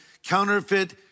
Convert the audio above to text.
counterfeit